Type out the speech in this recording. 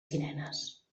sirenes